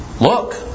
look